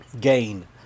gain